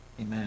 amen